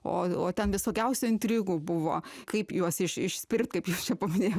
o o ten visokiausių intrigų buvo kaip juos iš išspirt kaip juos čia paminėjot